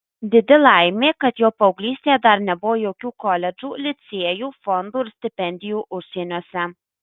didi laimė kad jo paauglystėje dar nebuvo jokių koledžų licėjų fondų ir stipendijų užsieniuose